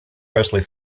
presley